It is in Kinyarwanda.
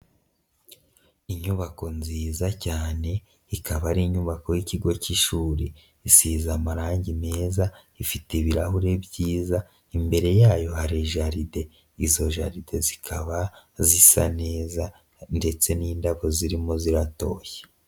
Inyubako nziza cyane ikaba ari inyubako y'ikigo cy'ishuri, isize amarange meza ifite ibirahure byiza imbere yayo hari jaride, izo jaride zikaba zisa neza ndetse n'indabo zirimo ziratoshye.